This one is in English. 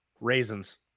Raisins